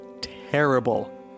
terrible